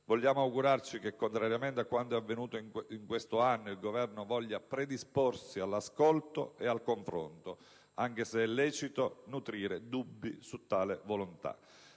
Vogliamo augurarci che, contrariamente a quanto è avvenuto in questo anno, il Governo voglia disporsi all'ascolto e al confronto, anche se è lecito nutrire dubbi su tale volontà.